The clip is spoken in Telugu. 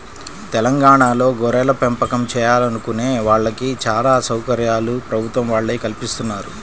తెలంగాణాలో గొర్రెలపెంపకం చేయాలనుకునే వాళ్ళకి చానా సౌకర్యాలు ప్రభుత్వం వాళ్ళే కల్పిత్తన్నారు